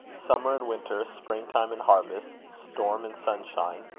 summer and winter, spring-time and harvest, storm and sunshine,